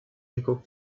rico